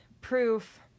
proof